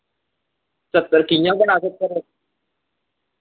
स्हत्तर यां बड़ा स्ह्त्तर